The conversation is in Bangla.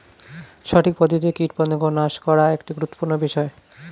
সঠিক পদ্ধতিতে কীটপতঙ্গ নাশ করা একটি গুরুত্বপূর্ণ বিষয়